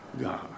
God